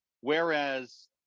whereas